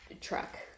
truck